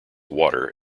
water